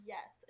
Yes